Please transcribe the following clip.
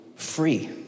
free